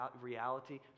reality